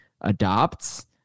adopts